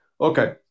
Okay